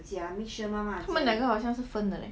他们两个好像是分的 leh